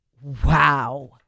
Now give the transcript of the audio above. wow